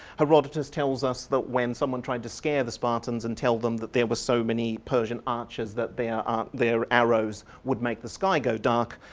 herodotus tells us that when someone tried to scare the spartans and tell them that there were so many persian archers that their um arrows would make the sky go dark,